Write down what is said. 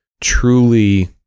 truly